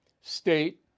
state